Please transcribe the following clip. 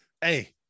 Hey